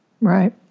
Right